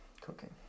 cooking